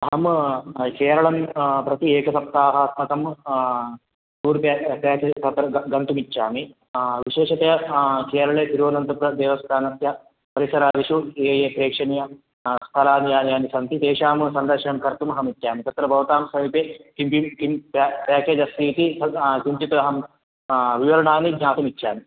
अहं केरळं प्रति एकसप्ताहात्मकं टूर् पेक् पेकेज् तत्र गन्तुम् इच्छामि विशेषतया केरळे तिरुवनन्तपुरदेवस्थानस्य परिसरादिषु ये ये प्रेक्षणीय स्थलानि यानि यानि सन्ति तेषां सन्दर्शनं कर्तुम् अहमिच्छामि तत्र भवतां समीपे किं किं किं पे पेकेज् अस्ति इति किञ्चित् अहं विवरणानि ज्ञातुमिच्छामि